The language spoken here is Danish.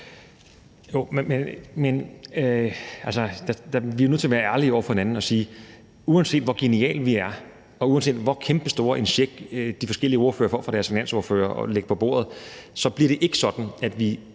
vi er jo nødt til at være ærlige over for hinanden og sige: Uanset hvor geniale vi er, og uanset hvor kæmpestor en check de forskellige ordførere får fra deres finansordfører til at lægge på bordet, så bliver det ikke sådan, at